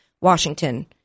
Washington